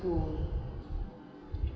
who